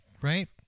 Right